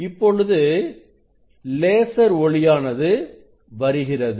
இப்பொழுது லேசர் ஒளியானது வருகிறது